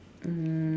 um